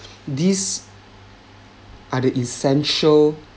these are the essential